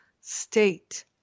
state